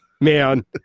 man